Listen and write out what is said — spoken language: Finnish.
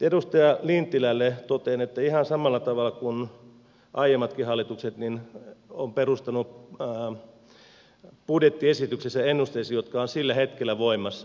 edustaja lintilälle totean että ihan samalla tavalla kuin aiemmatkin hallitukset nykyinen on perustanut budjettiesityksensä ennusteisiin jotka ovat sillä hetkellä voimassa